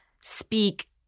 speak